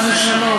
חס ושלום,